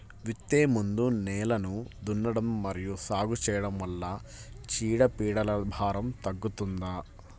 విత్తే ముందు నేలను దున్నడం మరియు సాగు చేయడం వల్ల చీడపీడల భారం తగ్గుతుందా?